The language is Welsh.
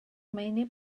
meini